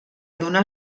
donar